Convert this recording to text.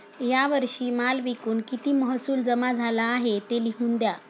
या वर्षी माल विकून किती महसूल जमा झाला आहे, ते लिहून द्या